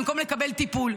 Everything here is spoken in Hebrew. במקום לקבל טיפול.